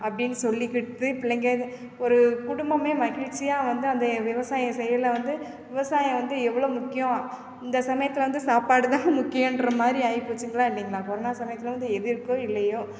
அப்படின்னு சொல்லிக்கிட்டு பிள்ளைங்க ஒரு குடும்பமே மகிழ்ச்சியாக வந்து அந்த விவசாயம் செயலை வந்து விவசாயம் வந்து எவ்வளோ முக்கியம் இந்த சமயத்தில் வந்து சாப்பாடு தான் முக்கியம்ன்ற மாதிரி ஆகிப் போச்சுங்களா இல்லைங்களா கொரோனா சமயத்தில் வந்து எது இருக்கோ இல்லையோ